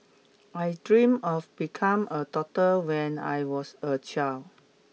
I dream of become a doctor when I was a child